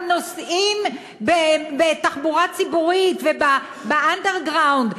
גם נוסעים בתחבורה ציבורית וב-Underground,